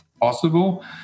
possible